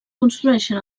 construeixen